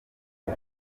nko